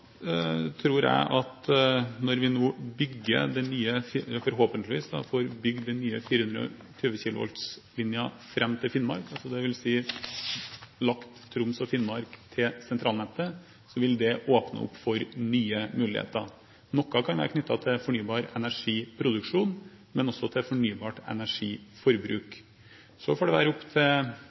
tror jeg at når vi nå forhåpentligvis får bygd den nye 420 kV-linjen fram til Finnmark, dvs. lagt Troms og Finnmark til sentralnettet, vil det åpne opp for nye muligheter. Noe kan være knyttet til fornybar energiproduksjon, men også til fornybart energiforbruk. Så får det være opp til